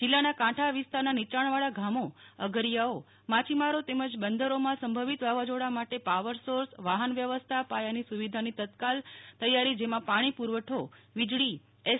જિલ્લાના કાંઠા વિસ્તારના નીયાણવાળા ગામો અગરીયાઓ માછીમારો તેમજ બંદરોમાં સંભવીત વાવાઝો ા માટે પાવર સોર્સ વાહન વ્યવસ્થા પાયાની સુવિધાની તત્કાળ તૈયારી જેમાં પાણી પુરવઠો વીજળી એસ